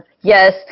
Yes